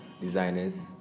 designers